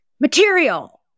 Material